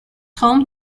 home